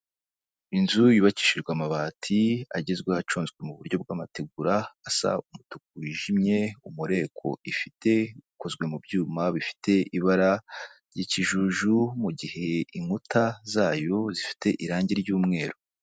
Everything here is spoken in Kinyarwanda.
Inzu yubakishijwe amabati agezweho aconzwe mu buryo bw'amategura, asa umutuku wijimye, umureko ifite ukozwe mu byuma bifite ibara ry'ikijuju, mu gihe inkuta zayo zifite irange ry'umweru.